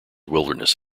wilderness